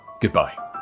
goodbye